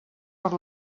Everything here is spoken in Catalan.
per